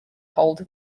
hold